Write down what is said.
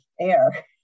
air